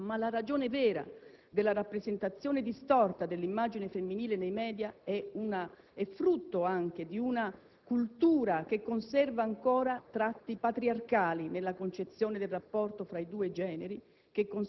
Ma la ragione vera della rappresentazione distorta dell'immagine femminile nei *media* è frutto anche di una cultura che conserva ancora tratti patriarcali nella concezione del rapporto fra i due generi,